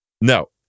no